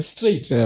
Straight